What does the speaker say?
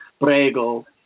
prego